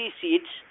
seats